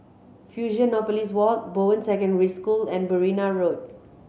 Fusionopolis Walk Bowen Secondary School and Berrima Road